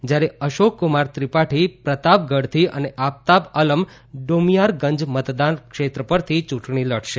જયારે અશોકક્રમાર ત્રિપાઠી પ્રતાપગઢથી અને આફતાબ અલમ ડોમરીયાગંજ મતદારક્ષેત્ર પરથી યૂંટણી લડશે